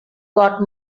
got